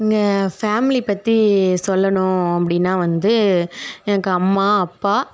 எங்கள் ஃபேமிலி பற்றி சொல்லணும் அப்படீன்னா வந்து எனக்கு அம்மா அப்பா